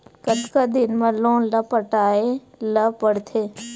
कतका दिन मा लोन ला पटाय ला पढ़ते?